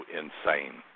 insane